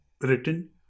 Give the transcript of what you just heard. written